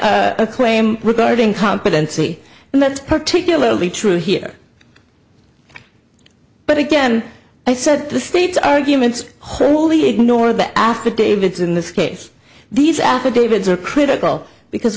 clear claim regarding competency and that's particularly true here but again i said the streets arguments wholly ignore the affidavits in this case these affidavits are critical because